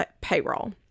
payroll